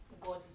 God